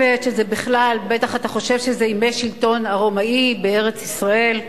ובטח אתה חושב שזה ימי שלטון הרומאי בארץ-ישראל.